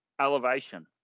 Elevation